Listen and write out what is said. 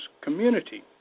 community